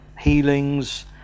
healings